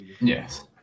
Yes